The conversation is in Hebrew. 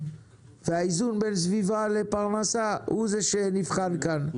האיזון בין סביבה לפרנסה הוא זה שנבחן כאן.